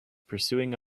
pursuing